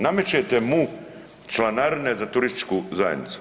Namećete mu članarine za turističku zajednicu.